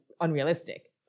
unrealistic